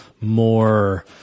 more